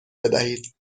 بدهید